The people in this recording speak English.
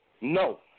No